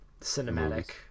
cinematic